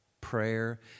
Prayer